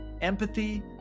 empathy